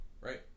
Right